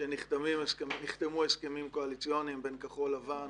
שנחתמו הסכמים קואליציוניים בין כחול לבן